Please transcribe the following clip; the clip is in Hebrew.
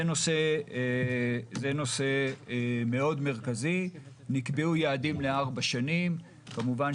מאז שנכנסתי לתפקיד נתקלתי בתופעה שכמעט